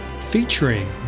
featuring